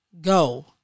Go